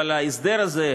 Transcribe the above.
אבל ההסדר הזה,